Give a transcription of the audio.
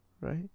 right